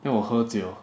then 我喝酒